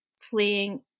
fleeing